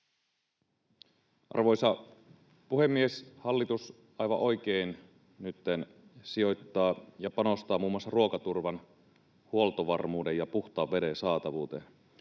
Arvoisa puhemies! Hallitus aivan oikein nytten sijoittaa ja panostaa muun muassa ruokaturvan, huoltovarmuuden ja puhtaan veden saatavuuteen.